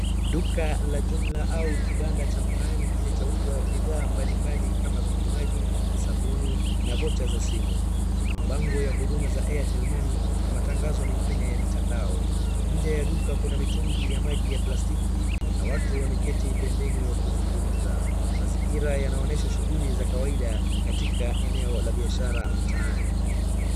duka la jumla au kibanda cha mtaani kinachouza bidhaa mbalimbali kama vinywaji ,sabuni na vocha za simu kuna mabango ya huduma za [cs ]airtel money na matangazo mengine mitandao. Nje ya dukaa kuna mitungi ya maji ya plastiki na watu wameketi pembeni wakizungumza ,mazingira yanaonyesha shughuli za kawaida katika eneo la biashara mtaani